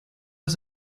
was